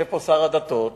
יושב פה שר הדתות,